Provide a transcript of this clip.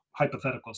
hypotheticals